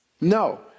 No